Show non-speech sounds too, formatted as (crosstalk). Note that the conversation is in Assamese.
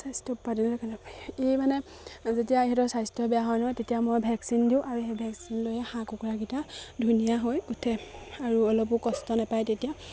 (unintelligible) এই মানে যেতিয়া সিহঁতৰ স্বাস্থ্য বেয়া হয় ন তেতিয়া মই ভেকচিন দিওঁ আৰু সেই ভেকচিন লৈয়ে হাঁহ কুকুৰাকিটা ধুনীয়া হৈ উঠে আৰু অলপো কষ্ট নেপায় তেতিয়া